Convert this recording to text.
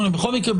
בכל מקרה,